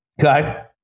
Okay